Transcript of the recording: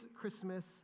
Christmas